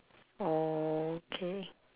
orh K